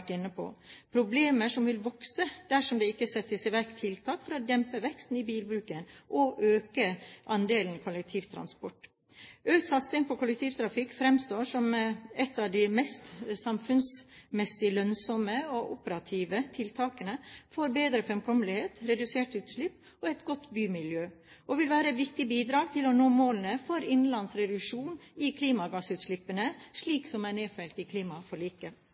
inne på – problemer som vil vokse dersom det settes i verk tiltak for å dempe veksten i bilbruken og øke andelen kollektivtransport. Økt satsing på kollektivtrafikk fremstår som ett av de mest samfunnsmessig lønnsomme og operative tiltakene for bedret fremkommelighet, reduserte utslipp og et godt bymiljø, og vil være viktige bidrag til å nå målene for innenlandsk reduksjon i klimagassutslippene slik de er nedfelt i klimaforliket.